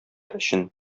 өчен